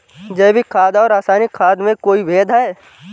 जैविक खाद और रासायनिक खाद में कोई भेद है?